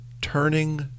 turning